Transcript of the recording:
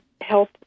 health